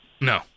no